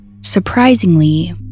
Surprisingly